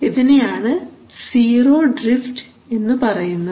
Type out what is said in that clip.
ഇതിനെയാണ് zero drift എന്നു പറയുന്നത്